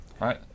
right